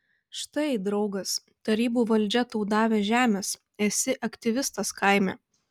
štai draugas tarybų valdžia tau davė žemės esi aktyvistas kaime